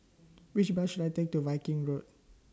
Which Bus should I Take to Viking Road